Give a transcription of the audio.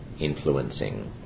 influencing